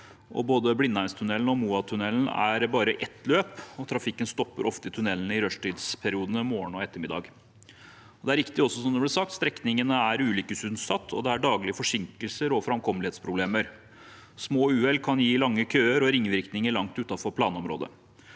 Både Blindheimstunnelen og Moatunnelen har bare ett løp, og trafikken stopper ofte i tunnelen i rushtidsperiodene morgen og ettermiddag. Det er også riktig, som det ble sagt, at strekningene er ulykkesutsatt, og det er daglige forsinkelser og framkommelighetsproblemer. Små uhell kan gi lange køer og ringvirkninger langt utenfor planområdet.